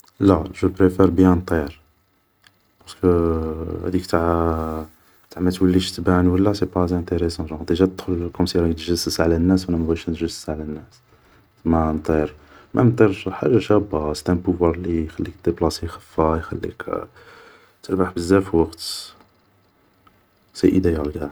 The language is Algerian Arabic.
﻿لا، جو بريفاري بيان نطير، بارسكو هاديك تاع ماتوليش تبان و لا، سي با انتيريسون، ديجا تدخل كومسي راك تجسس على الناس و انا منبغيش نجسس على الناس، سما نطير، مام نطير حجا شابة، سي تان بوفوار اللي يخليك ديبلاصي خفا يخليك تربح بزاف وقت، سي اديال قاع